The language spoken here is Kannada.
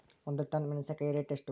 ಒಂದು ಟನ್ ಮೆನೆಸಿನಕಾಯಿ ರೇಟ್ ಎಷ್ಟು?